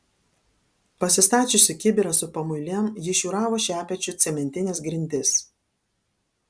pasistačiusi kibirą su pamuilėm ji šiūravo šepečiu cementines grindis